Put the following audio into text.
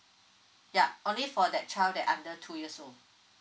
ya only for that child that under two years old